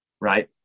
right